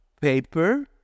paper